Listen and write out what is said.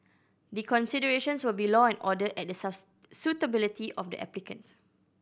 the considerations will be law and order and the suitability of the applicant